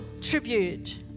tribute